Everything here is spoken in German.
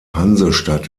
hansestadt